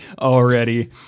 already